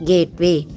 Gateway